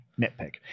Nitpick